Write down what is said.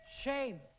Shame